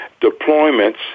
deployments